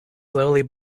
slowly